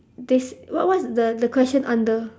they said what what's the the question under